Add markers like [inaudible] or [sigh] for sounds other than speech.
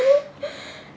[laughs]